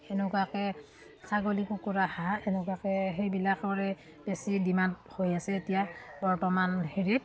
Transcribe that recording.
সেনেকুৱাকৈ ছাগলী কুকুৰা হাঁহ সেনেকুৱাকৈ সেইবিলাকৰে বেছি ডিমাণ্ড হৈ আছে এতিয়া বৰ্তমান হেৰিত